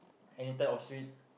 any type of sweet